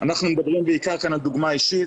אנחנו מדברים בעיקר כאן על דוגמה אישית,